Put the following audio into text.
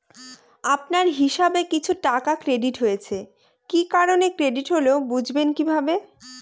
আপনার হিসাব এ কিছু টাকা ক্রেডিট হয়েছে কি কারণে ক্রেডিট হল বুঝবেন কিভাবে?